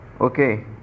okay